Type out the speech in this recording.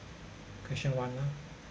question one lah